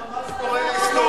אתה ממש מורה להיסטוריה.